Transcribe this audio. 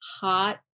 hot